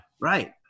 Right